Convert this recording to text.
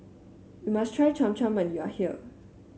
you must try Cham Cham when you are here